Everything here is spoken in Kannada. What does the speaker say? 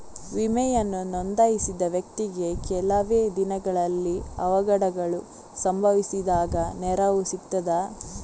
ವಿಮೆಯನ್ನು ನೋಂದಾಯಿಸಿದ ವ್ಯಕ್ತಿಗೆ ಕೆಲವೆ ದಿನಗಳಲ್ಲಿ ಅವಘಡಗಳು ಸಂಭವಿಸಿದಾಗ ನೆರವು ಸಿಗ್ತದ?